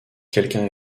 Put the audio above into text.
quelqu’un